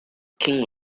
king